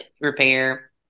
repair